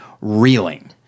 reeling